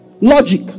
Logic